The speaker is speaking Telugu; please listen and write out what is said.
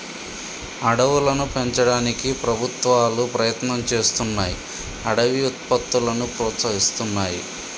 అడవులను పెంచడానికి ప్రభుత్వాలు ప్రయత్నం చేస్తున్నాయ్ అడవి ఉత్పత్తులను ప్రోత్సహిస్తున్నాయి